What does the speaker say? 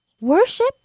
Worship